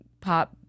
pop